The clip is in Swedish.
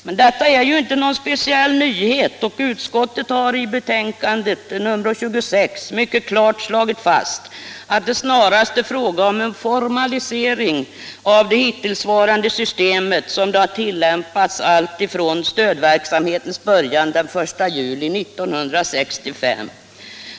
Men detta är ju inte någon speciell nyhet, och utskottet har i betänkande nr 26 mycket klart slagit fast att det snarast är fråga om en formalisering av det hittillsvarande systemet som det har tillämpats alltifrån stödverksamhetens början den 1 juli 1965.